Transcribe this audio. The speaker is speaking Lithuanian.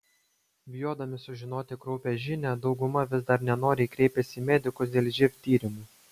bijodami sužinoti kraupią žinią dauguma vis dar nenoriai kreipiasi į medikus dėl živ tyrimų